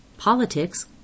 politics